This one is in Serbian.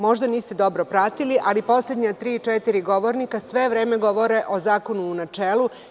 Možda niste dobro pratili, ali poslednja tri, četiri govornika sve vreme govore o zakonu u načelu.